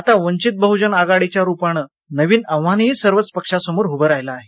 आता वंचित बहजन आघाडीच्या रुपानं नवीन आव्हानही सर्वच पक्षांसमोर उभं राहिलं आहे